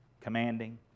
commanding